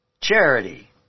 Charity